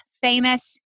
famous